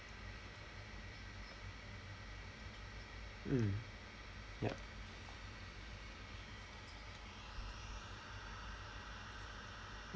mm ya